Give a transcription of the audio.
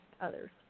others